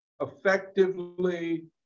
effectively